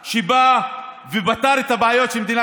כיבדו אותך, כבד אותו.